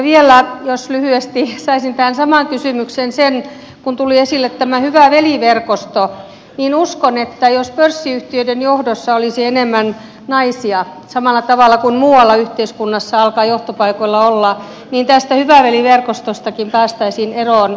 vielä jos lyhyesti saisin tähän samaan kysymykseen sen kun tuli esille tämä hyvä veli verkosto niin uskon että jos pörssiyhtiöiden johdossa olisi enemmän naisia samalla tavalla kuin muualla yhteiskunnassa alkaa johtopaikoilla olla niin tästä hyvä veli verkostostakin päästäisiin eroon